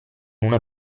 una